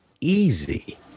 easy